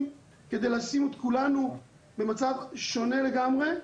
כדי לשים את כולנו במצב שונה לגמרי,